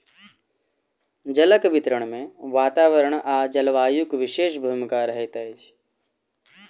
जलक वितरण मे वातावरण आ जलवायुक विशेष भूमिका रहैत अछि